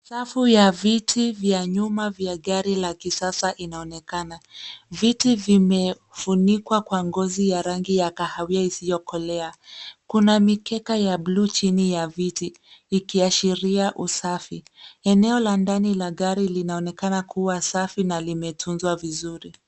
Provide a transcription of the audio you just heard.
Safu ya viti vya nyuma vya gari la kisasa inaonekana. Viti vimefunikwa kwa ngozi ya rangi ya kahawia isiyokolea. Kuna mikeka ya bluu chini ya viti ikiashiria usafi. Eneo la ndani la gari linaonekana kuwa safi na limetunzwa vizuri.